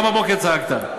גם בבוקר צעקת.